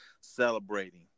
celebrating